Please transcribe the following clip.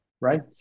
right